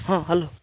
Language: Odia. ହଁ ହ୍ୟାଲୋ